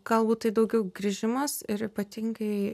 galbūt tai daugiau grįžimas ir ypatingai